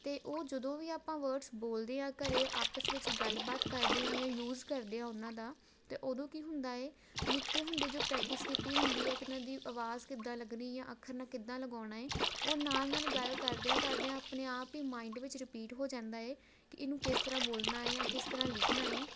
ਅਤੇ ਉਹ ਜਦੋਂ ਵੀ ਆਪਾਂ ਵਰਡਸ ਬੋਲਦੇ ਹਾਂ ਘਰ ਆਪਸ ਵਿੱਚ ਗੱਲਬਾਤ ਕਰਦੇ ਹਾਂ ਜਾਂ ਯੂਜ ਕਰਦੇ ਹਾਂ ਉਹਨਾਂ ਦਾ ਅਤੇ ਉਦੋਂ ਕੀ ਹੁੰਦਾ ਏ ਨਿੱਕੇ ਹੁੰਦੇ ਜੋ ਪ੍ਰੈਕਟਿਸ ਕੀਤੀ ਹੁੰਦੀ ਆ ਕਿ ਇਹਨਾਂ ਦੀ ਆਵਾਜ਼ ਕਿੱਦਾਂ ਲੱਗਣੀ ਜਾਂ ਅੱਖਰ ਨਾਲ ਕਿੱਦਾਂ ਲਗਾਉਣਾ ਏ ਉਹ ਨਾਲ ਨਾਲ ਗੱਲ ਕਰਦਿਆਂ ਕਰਦਿਆਂ ਆਪਣੇ ਆਪ ਹੀ ਮਾਇੰਡ ਵਿੱਚ ਰਿਪੀਟ ਹੋ ਜਾਂਦਾ ਏ ਕਿ ਇਹਨੂੰ ਕਿਸ ਤਰ੍ਹਾਂ ਬੋਲਣਾ ਜਾਂ ਕਿਸ ਤਰ੍ਹਾਂ ਲਿਖਣਾ ਏ